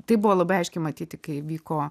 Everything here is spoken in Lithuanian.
tai buvo labai aiškiai matyti kai vyko